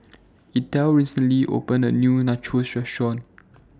Ethel recently opened A New Nachos Restaurant